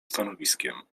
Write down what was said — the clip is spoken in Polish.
stanowiskiem